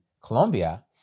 Colombia